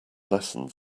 lessons